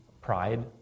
Pride